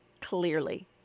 clearly